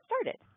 started